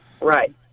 Right